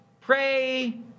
pray